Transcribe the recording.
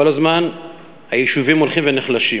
כל הזמן היישובים הולכים ונחלשים.